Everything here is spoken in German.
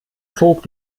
zog